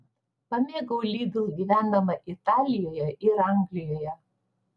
pamėgau lidl gyvendama italijoje ir anglijoje